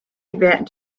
event